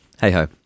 hey-ho